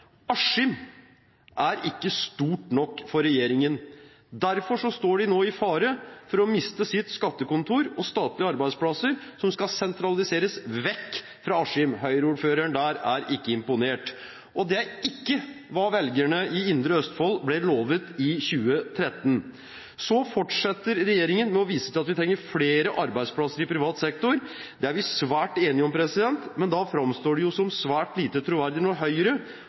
Askim er ikke stor nok for regjeringen. Derfor står de nå i fare for å miste sitt skattekontor og statlige arbeidsplasser, som skal sentraliseres vekk fra Askim. Høyre-ordføreren der er ikke imponert – og det er ikke hva velgerne i Indre Østfold ble lovet i 2013. Så fortsetter regjeringen med å vise til at vi trenger flere arbeidsplasser i privat sektor. Det er vi svært enige om, men da framstår det jo som svært lite troverdig når Høyre